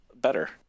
better